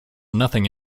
nothing